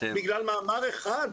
בגלל מאמר אחד?